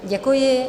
Děkuji.